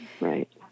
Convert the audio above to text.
Right